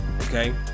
Okay